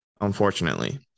unfortunately